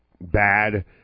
bad